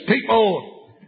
people